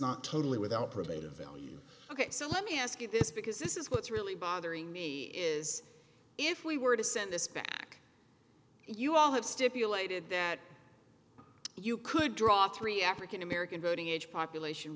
not totally without probative value ok so let me ask you this because this is what's really bothering me is if we were to send this back you all have stipulated that you could draw three african american voting age population